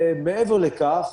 מעבר לכך,